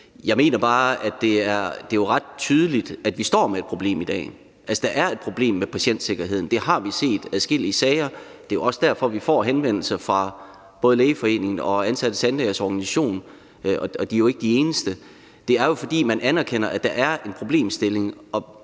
Jeg mener bare, at det jo er ret tydeligt, at vi står med et problem i dag. Altså, der er et problem med patientsikkerheden – det har vi set i adskillige sager. Det er jo også derfor, at vi får henvendelser fra både Lægeforeningen og Ansatte Tandlægers Organisation, og de er ikke de eneste. Det er jo, fordi man anerkender, at der er en problemstilling.